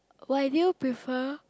why did you prefer